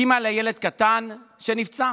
אימא לילד קטן שנפצע